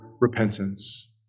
repentance